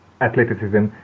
athleticism